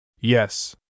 Yes